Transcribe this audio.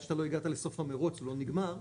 עד שלא הגעת לסוף המרוץ הוא לא נגמר,